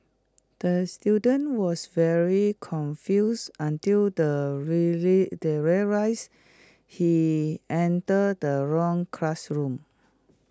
the student was very confused until the really there real rise he entered the wrong classroom